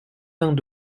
vingts